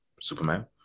Superman